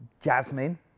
jasmine